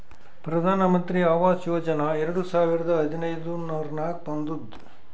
ಪ್ರಧಾನ್ ಮಂತ್ರಿ ಆವಾಸ್ ಯೋಜನಾ ಎರಡು ಸಾವಿರದ ಹದಿನೈದುರ್ನಾಗ್ ಬಂದುದ್